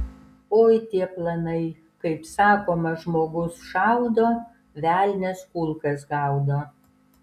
oi tie planai kaip sakoma žmogus šaudo velnias kulkas gaudo